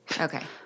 Okay